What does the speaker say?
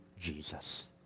Jesus